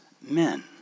men